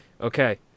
Okay